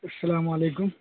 السلام علیکم